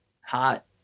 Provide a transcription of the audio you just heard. hot